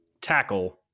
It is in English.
tackle